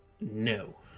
No